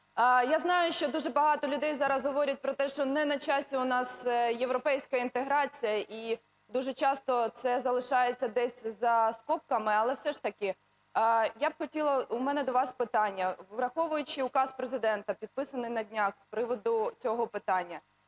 Я знаю, що дуже багато людей зараз говорять про те, що не на часі у нас європейська інтеграція, і дуже часто це залишається десь за скобками. Але все ж таки я б хотіла, у мене до вас питання. Враховуючи указ Президента, підписаний на днях з приводу цього питання,